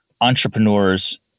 entrepreneurs